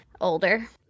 older